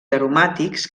aromàtics